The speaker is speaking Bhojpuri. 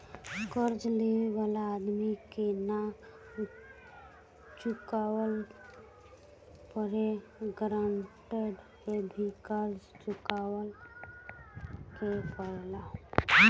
कर्जा लेवे वाला आदमी के ना चुकावला पर गारंटर के भी कर्जा चुकावे के पड़ेला